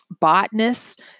botanist